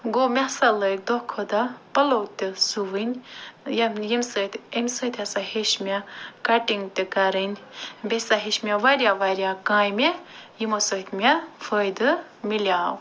گوٚو مےٚ ہسا لٲگۍ دۄہ کھۄتہٕ دۄہ پَلو تہِ سُوٕنۍ یا ییٚمہِ سۭتۍ اَمہِ سۭتۍ ہَسا ہیٚچھ مےٚ کٹِنٛگ تہِ کَرٕنۍ بیٚیہِ ہسا ہیٚچھ مےٚ وارِیاہ وارِیاہ کامہِ یِمو سۭتۍ مےٚ فٲیدٕ میلاو